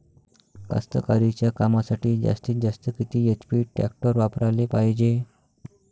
कास्तकारीच्या कामासाठी जास्तीत जास्त किती एच.पी टॅक्टर वापराले पायजे?